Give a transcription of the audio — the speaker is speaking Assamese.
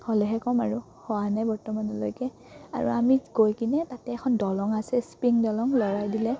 হ'লেহে ক'ম আৰু হোৱা নাই বৰ্তমানলৈকে আৰু আমি গৈ কিনে তাতে এখন দলং আছে স্প্ৰিং দলং লৰাই দিলে